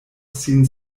sin